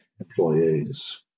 employees